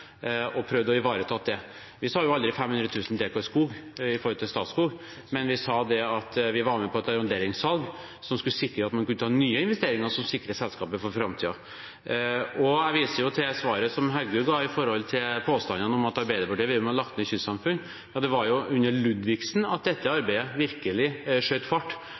og har prøvd å ivareta det. Vi sa aldri 500 000 dekar skog når det gjaldt Statskog, men vi sa at vi var med på et arronderingssalg, som skulle sikre at man kunne gjøre nye investeringer som sikrer selskapet for framtiden. Jeg viser til svaret representanten Heggø ga når det gjelder påstandene om at Arbeiderpartiet har vært med på å legge ned kystsamfunn. Det var under statsråd Ludvigsen at dette arbeidet virkelig skjøt fart.